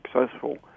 successful